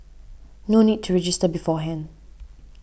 no need to register beforehand